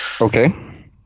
Okay